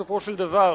בסופו של דבר,